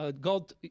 God